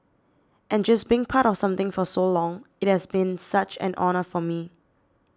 and just being part of something for so long it has been such an honour for me